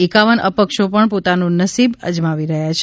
એકાવન અપક્ષો પણ પોતાનું નસીબ અજમાવી રહ્યા છે